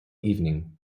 evening